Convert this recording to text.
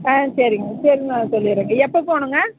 ஆ சரிங்க சரிங்க நான் சொல்லிவிட்றேங்க எப்போ போகணுங்க